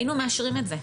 היינו מאשרים את זה.